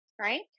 right